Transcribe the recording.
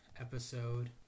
episode